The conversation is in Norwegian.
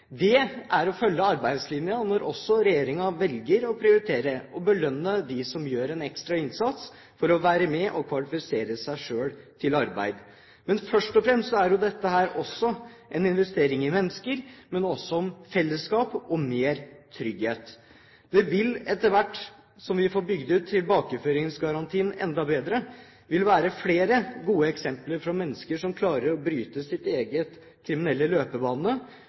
Det er å følge arbeidslinja når regjeringen også velger å prioritere å belønne dem som gjør en ekstra innsats for å kvalifisere seg selv til arbeid. Men først og fremst er jo dette en investering i mennesker, og også i felleskap og mer trygghet. Det vil etter hvert som vi får bygd ut tilbakeføringsgarantien enda bedre, være flere gode eksempler på mennesker som klarer å bryte sin egen kriminelle løpebane